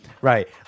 Right